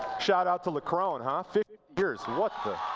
shout out to leckrone, huh? fifty years. what the?